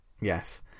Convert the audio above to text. Yes